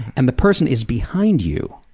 and the person is behind you.